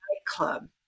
nightclub